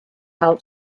help